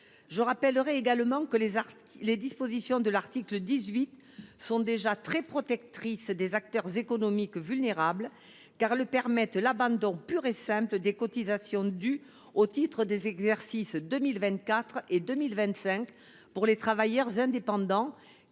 Je rappelle également que les dispositions de l’article 18 protègent déjà largement les acteurs économiques vulnérables, en permettant l’abandon pur et simple des cotisations dues au titre des exercices 2024 et 2025 pour les travailleurs indépendants